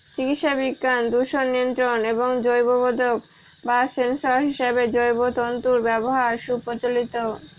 চিকিৎসাবিজ্ঞান, দূষণ নিয়ন্ত্রণ এবং জৈববোধক বা সেন্সর হিসেবে জৈব তন্তুর ব্যবহার সুপ্রচলিত